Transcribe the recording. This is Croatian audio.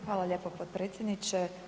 Hvala lijepo potpredsjedniče.